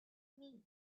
meat